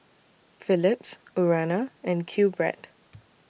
Philips Urana and QBread